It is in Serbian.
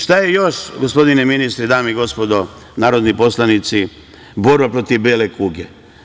Šta je još, gospodine ministre i dame i gospodo narodni poslanici, borba protiv bele kuge?